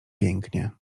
pięknie